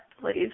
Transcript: please